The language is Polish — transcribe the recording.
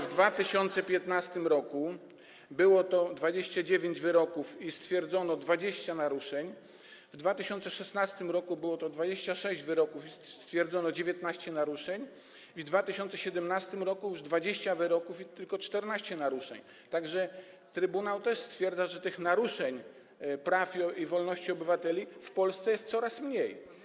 W 2015 r. było 29 wyroków i stwierdzono 20 naruszeń, w 2016 r. było 26 wyroków i stwierdzono 19 naruszeń, a w 2017 r. - już 20 wyroków i tylko 14 naruszeń, tak że Trybunał też stwierdza, że tych naruszeń praw i wolności obywateli w Polsce jest coraz mniej.